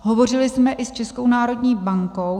Hovořili jsme i s Českou národní bankou.